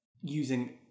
using